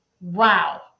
wow